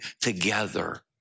together